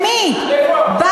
ומי נתן את ההלוואה של 50 מיליון?